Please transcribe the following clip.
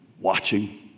watching